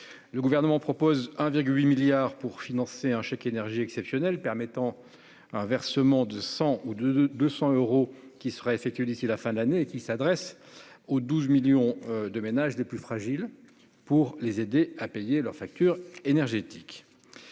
Le Gouvernement propose 1,8 milliard d'euros pour financer un chèque énergie exceptionnel, prévoyant un versement de 100 ou de 200 euros qui sera effectué d'ici à la fin de l'année. Il aidera les 12 millions de ménages les plus fragiles à payer leurs factures énergétiques.